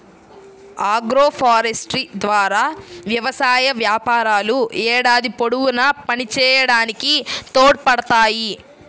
agroforestry ద్వారా వ్యవసాయ వ్యాపారాలు ఏడాది పొడవునా పనిచేయడానికి తోడ్పడతాయి